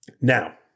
Now